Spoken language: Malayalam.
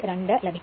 2 ലഭിക്കും